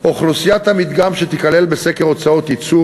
אוכלוסיית המדגם שתיכלל בסקר הוצאות ייצור